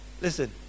Listen